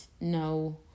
no